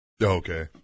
Okay